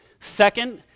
Second